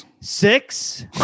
six